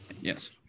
Yes